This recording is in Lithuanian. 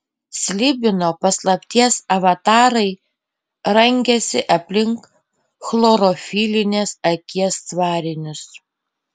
slibino paslapties avatarai rangėsi aplink chlorofilinės akies tvarinius